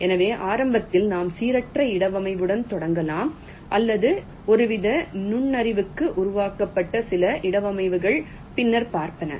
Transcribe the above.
எனவே ஆரம்பத்தில் நாம் சீரற்ற இடவமைவுடன் தொடங்கலாம் அல்லது ஒருவித நுண்ணறிவுக்கு உருவாக்கப்பட்ட சில இடவமைவுகள் பின்னர் பார்ப்போம்